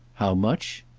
how much?